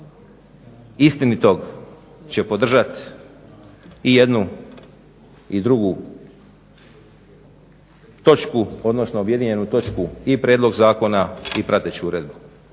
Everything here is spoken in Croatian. istinitog će podržati i jednu i drugu točku, odnosno objedinjenu točku i prijedlog zakona i prateću uredbu.